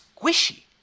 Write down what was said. squishy